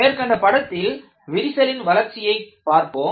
மேற்கண்ட படத்தில் விரிசலின் வளர்ச்சியை பார்ப்போம்